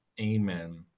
Amen